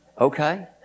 Okay